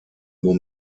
nur